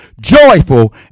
joyful